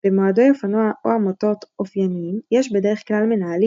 במועדוני אופנוע או עמותות אופייניים יש בדרך כלל מנהלים,